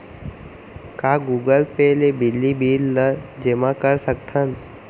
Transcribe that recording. का Google Pay ले बिजली बिल ल जेमा कर सकथन?